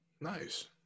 Nice